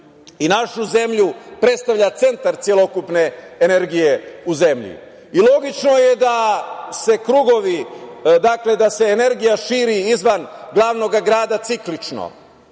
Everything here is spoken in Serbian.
i našu zemlju, predstavlja centar celokupne energije u zemlji. I logično je da se energija širi izvan glavnog grada ciklično,